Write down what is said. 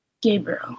Gabriel